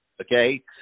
Okay